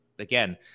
again